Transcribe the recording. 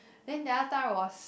then the other time was